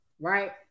right